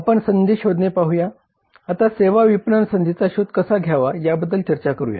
आपण संधी शोधणे पाहूया आता सेवा विपणन संधींचा शोध कसा घ्यावा याबद्दल चर्चा करूया